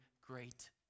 great